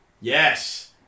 Yes